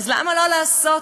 אז למה לא לעשות,